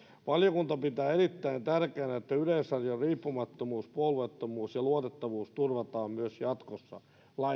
valiokunta pitää erittäin tärkeänä että yleisradion riippumattomuus puolueettomuus ja luotettavuus turvataan myös jatkossa